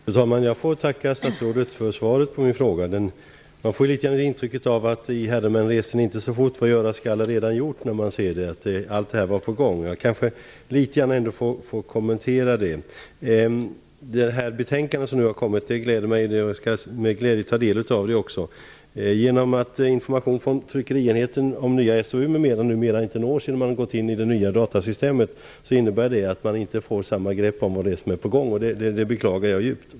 Fru talman! Jag får tacka statsrådet för svaret på min fråga. Man får intrycket av att "I herremän resen icke så fort, vad göras skall är alla redan gjort". Allt är redan på gång. Likväl vill jag något kommentera svaret. Det gläder mig att det nu kommit ett betänkande, och jag skall med glädje ta del av det. Genom att information från tryckerienheten om nya SOU utredningar m.m. numera ingår i det nya datasystemet får man inte samma grepp som förr om vad som är på gång. Det beklagar jag djupt.